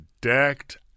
decked